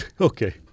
okay